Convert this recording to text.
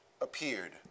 appeared